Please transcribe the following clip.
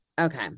Okay